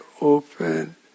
open